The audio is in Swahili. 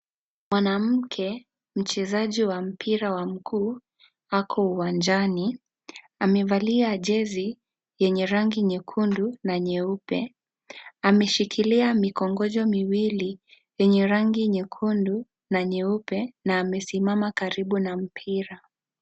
Mwanamke mchezaji wa mpira wa mguu ako uwanjani amevalia jezi yenye rangi nyekundu na nyeupe, ameshikilia mikonjo miwili yenye rangi nyekundu na nyeupe na amesimama karibu na mpira.